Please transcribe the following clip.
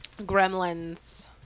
Gremlins